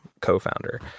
co-founder